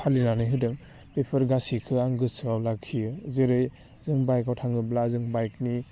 फालिनानै होदों बेफोर गासैखो आं गोसोआव लाखियो जेरै जों बाइकआव थाङोब्ला जों बाइकनि